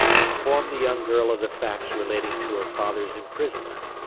informed the young girl of the facts relating to her father's imprisonment.